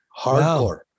hardcore